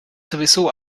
sowieso